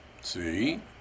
See